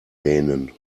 lehnen